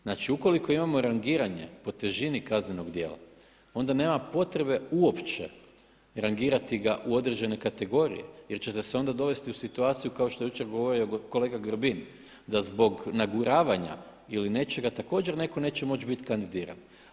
Znači ukoliko imamo rangiranje po težini kaznenog djela onda nema potrebe uopće rangirati ga u određene kategorije jer ćete se onda dovesti u situaciju kao što je jučer govorio kolega Grbin da zbog naguravanja ili nečega također neko neće moći biti kandidiran.